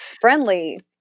friendly